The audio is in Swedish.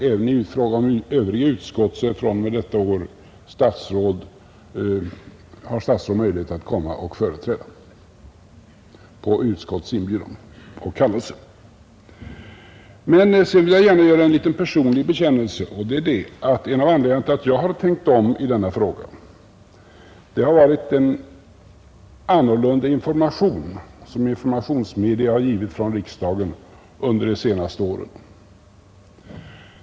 Även när det gäller övriga utskott har statsråd fr.o.m. detta år möjlighet att närvara på utskottets inbjudan och kallelse. Jag vill också gärna göra en liten personlig bekännelse. En av anledningarna till att jag tänkt om i denna fråga har varit den annorlunda information som informationsmedia har givit från riksdagen under de senaste åren.